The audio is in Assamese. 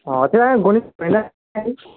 অঁ তেনেহ'লে গণিত